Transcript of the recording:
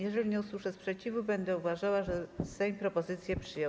Jeżeli nie usłyszę sprzeciwu, będę uważała, że Sejm propozycję przyjął.